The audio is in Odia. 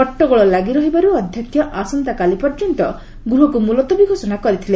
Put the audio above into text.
ହଟ୍ଟଗୋଳ ଲାଗି ରହିବାରୁ ଅଧ୍ୟକ୍ଷ ଆସନ୍ତାକାଲି ପର୍ଯ୍ୟନ୍ତ ଗୃହକୁ ମୁଲତବୀ ଘୋଷଣା କରିଥିଲେ